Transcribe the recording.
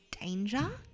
danger